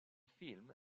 film